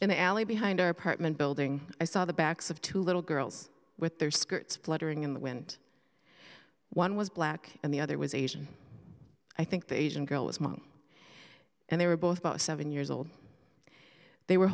in the alley behind our apartment building i saw the backs of two little girls with their skirts fluttering in the wind one was black and the other was asian i think the asian girl was monkey and they were both about seven years old they were